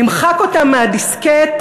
נמחק אותם מהדיסקט?